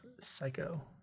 psycho